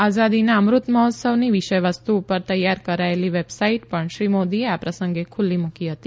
આઝાદીના અમૃત મહોત્સવની વિષય વસ્ત ઉપર તૈયાર કરાયેલી વેબસાઈટ પણ શ્રી મોદીએ આ પ્રસંગે ખુલ્લી મૂકી હતી